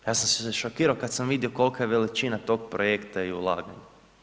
Ja sam se zašokirao kada sam vidio kolika je veličina tog projekta i ulaganja.